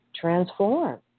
transform